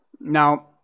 Now